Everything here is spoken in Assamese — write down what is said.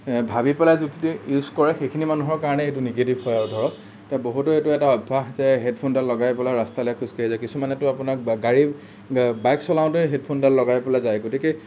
ভাবি পেলাই যোনখিনি ইউজ কৰে সেইখিনি মানুহৰ কাৰণে এইটো নিগেটিভ হয় আৰু ধৰক বহুতৰ এইটো এটা অভ্যাস আছে হেডফোনডাল লগাই পেলাই ৰাস্তালে খোজকাঢ়ি যোৱা কিছুমানেতো আপোনাৰ গা গাড়ী বাইক চলাওঁতেও হেডফোনডাল লগাই পেলাই যায় গতিকে